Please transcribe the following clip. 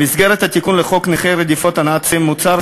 במסגרת התיקון לחוק נכי רדיפות הנאצים מוצע,